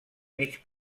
mig